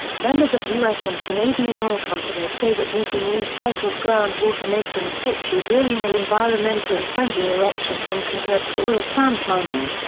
members of us and canadian oil companies say that using recycled groundwater makes in situ drilling an environmentally friendlier option when compared with oil sands mining.